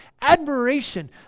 admiration